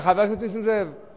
זה לא מקום מופקר פה.